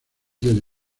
del